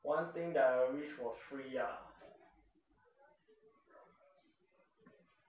one thing that I wish was free ah